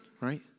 right